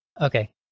Okay